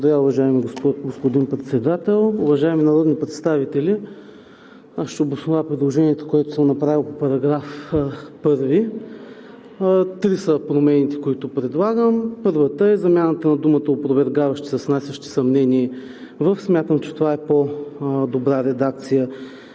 Благодаря. Уважаеми господин Председател, уважаеми народни представители! Аз ще обоснова предложението, което съм направил по § 1. Промените, които предлагам, са три. Първата е замяната на думата „опровергаващи“ с „внасящи съмнение“. Смятам, че това е по-добра редакция